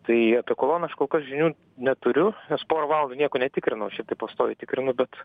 tai apie kolonas kol kas žinių neturiu nes pora valandų nieko netikrinau šiaip tai pastoviai tikrinu bet